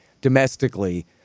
domestically